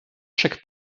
chaque